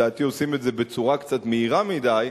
ולדעתי עושים את זה בצורה קצת מהירה מדי,